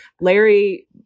Larry